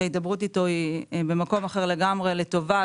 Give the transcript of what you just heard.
ההידברות איתו היא במקום אחר לגמרי לטובה,